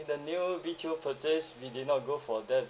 the new retail purchase we did not go for that